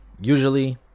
usually